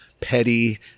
petty